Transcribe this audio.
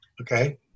Okay